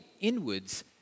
inwards